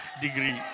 degree